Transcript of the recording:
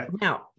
Now